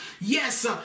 Yes